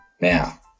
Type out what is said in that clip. Now